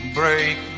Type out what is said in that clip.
break